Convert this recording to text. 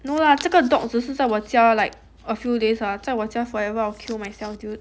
no lah 这个 dog 只是在我家 like a few days 在我家 forever I'll kill myself dude